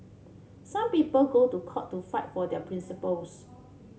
some people go to court to fight for their principles